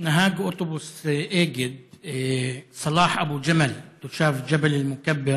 נהג אוטובוס אגד, סלאח אבו ג'מל, תושב ג'בל מוכבר,